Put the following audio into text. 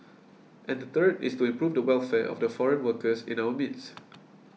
and the third is to improve the welfare of the foreign workers in our midst